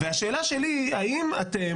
והשאלה שלי האם אתם,